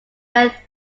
rent